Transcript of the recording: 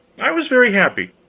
i was very happy.